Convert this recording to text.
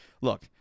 Look